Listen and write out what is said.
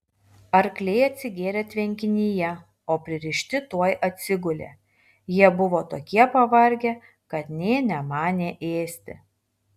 arkliai atsigėrė tvenkinyje o pririšti tuoj atsigulė jie buvo tokie pavargę kad nė nemanė ėsti